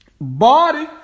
Body